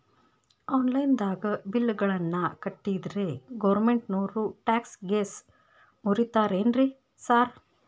Online ದಾಗ bill ಗಳನ್ನಾ ಕಟ್ಟದ್ರೆ ಗೋರ್ಮೆಂಟಿನೋರ್ ಟ್ಯಾಕ್ಸ್ ಗೇಸ್ ಮುರೇತಾರೆನ್ರಿ ಸಾರ್?